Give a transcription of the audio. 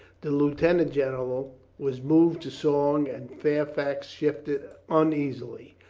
the lieutenant general was moved to song and fairfax shifted uneasily.